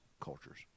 cultures